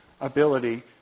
ability